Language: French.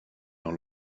dans